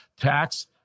tax